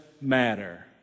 matter